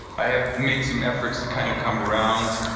i have made some efforts to kind of come around.